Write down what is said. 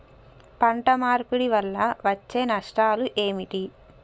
పంట మార్పిడి వల్ల వచ్చే నష్టాలు ఏమిటి?